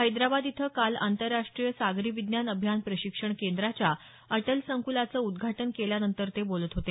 हैदराबाद इथं काल आंतरराष्ट्रीय सागरी विज्ञान अभियान प्रशिक्षण केंद्राच्या अटल संकुलाचं उद्घाटन केल्यानंतर ते बोलत होते